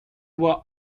were